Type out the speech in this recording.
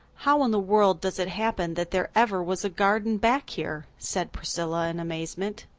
how in the world does it happen that there ever was a garden back here? said priscilla in amazement.